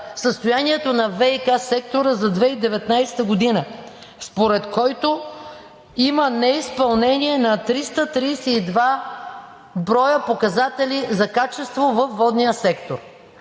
състоянието на ВиК сектора за 2019 г., според който има неизпълнение на 332 броя показатели за качество във водния сектор.